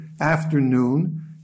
afternoon